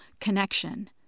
connection